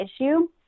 issue